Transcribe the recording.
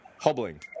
hobbling